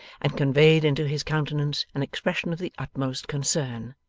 and conveyed into his countenance an expression of the utmost concern.